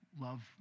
love